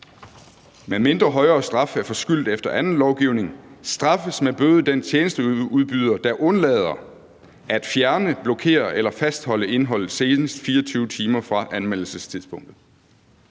Medmindre højere straf er forskyldt efter anden lovgivning, straffes med bøde den tjenesteudbyder, der undlader at fjerne, blokere eller fastholde indholdet senest 24 timer fra anmeldelsestidspunktet.